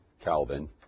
Calvin